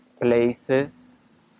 places